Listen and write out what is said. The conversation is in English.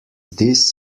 this